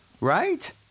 right